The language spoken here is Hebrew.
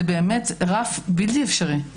זה באמת רף בלתי אפשרי,